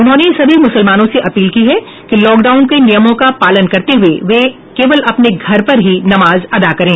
उन्होंने सभी मुसलमानों से अपील की है कि लॉकडाउन के नियमों का पालन करते हुए वे केवल अपने घर पर ही नमाज अदा करें